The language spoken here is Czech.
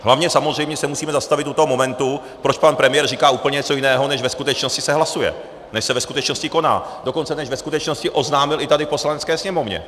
Hlavně se samozřejmě musíme zastavit u toho momentu, proč pan premiér říká úplně něco jiného, než se ve skutečnosti hlasuje, než se ve skutečnosti koná, dokonce než ve skutečnosti oznámil i tady Poslanecké sněmovně.